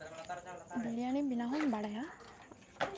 ᱵᱤᱨᱭᱟᱱᱤ ᱵᱮᱱᱟᱣ ᱦᱚᱸᱧ ᱵᱟᱲᱟᱭᱟ